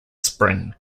spring